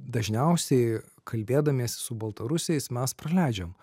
dažniausiai kalbėdamiesi su baltarusiais mes praleidžiam